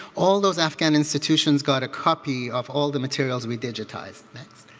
all those afghan institutions got a copy of all the materials we digitized. next.